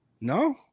no